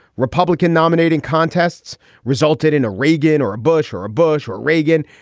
republican nominating contests resulted in a reagan or a bush or a bush or reagan.